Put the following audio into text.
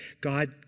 God